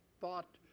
thought